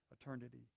eternity